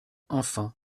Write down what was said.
enfin